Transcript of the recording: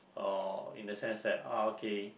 or in the sense that okay